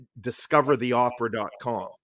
discovertheopera.com